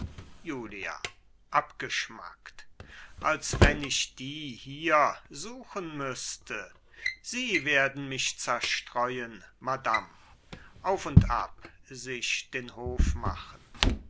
julia abgeschmackt als wenn ich die hier suchen müßte sie werden mich zerstreuen madam auf und ab sich den hof machend